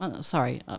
Sorry